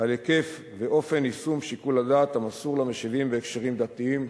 על היקף ואופן יישום שיקול הדעת המסור למשיבים בהקשרים דתיים,